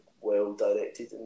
well-directed